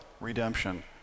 redemption